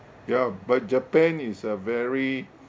ya but japan is a very